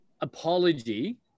apology